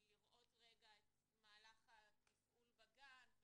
לראות את מהלך התפעול בגן,